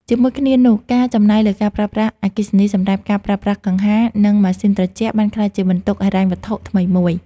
ជាមួយគ្នានោះ ការចំណាយលើការប្រើប្រាស់អគ្គិសនីសម្រាប់ការប្រើប្រាស់កង្ហារ និងម៉ាស៊ីនត្រជាក់បានក្លាយជាបន្ទុកហិរញ្ញវត្ថុថ្មីមួយ។